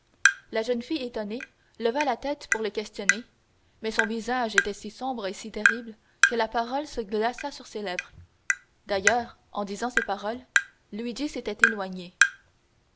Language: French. la jeune fille étonnée leva la tête pour le questionner mais son visage était si sombre et si terrible que la parole se glaça sur ses lèvres d'ailleurs en disant ces paroles luigi s'était éloigné